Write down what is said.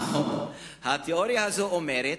התיאוריה הזאת אומרת